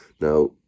Now